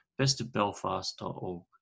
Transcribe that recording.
bestofbelfast.org